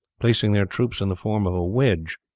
placing their troops in the form of a wedge.